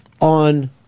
on